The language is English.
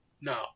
No